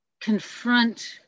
confront